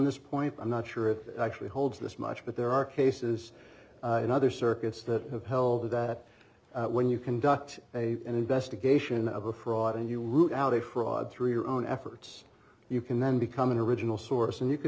this point i'm not sure if it actually holds this much but there are cases in other circuits that have held that when you conduct a investigation of a fraud and you root out a fraud through your own efforts you can then become an original source and you could